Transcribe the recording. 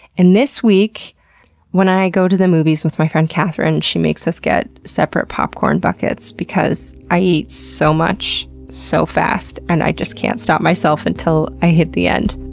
and this week when i go to the movies with my friend kathryn, she makes us get separate popcorn buckets because i eat so much, so fast, and i just can't stop myself until i hit the end,